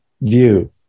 view